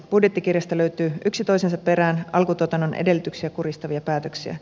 budjettikirjasta löytyy yksi toisensa perään alkutuotannon edellytyksiä kurjistavia päätöksiä